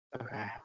Okay